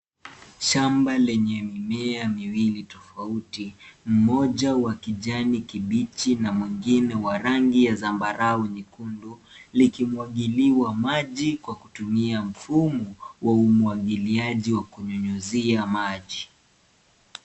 Shamba lenye mimea miwili tofauti. Mmoja wa kijani kibichi na mwingine wa rangi ya zambarau nyekundu likimwagiliwa maji kwa kutumia mfumo wa umwagiliaji wa kunyunyuzia maji.